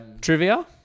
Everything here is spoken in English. Trivia